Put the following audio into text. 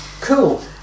cool